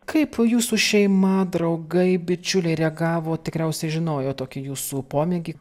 kaip jūsų šeima draugai bičiuliai reagavo tikriausiai žinojo tokį jūsų pomėgį